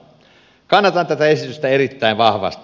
kannatan tätä esitystä erittäin vahvasti